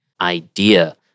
idea